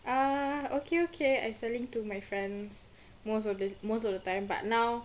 ah okay okay I selling to my friends most of the most of the time but now